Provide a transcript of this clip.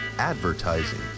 advertising